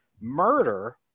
murder